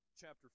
chapter